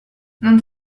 non